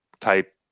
type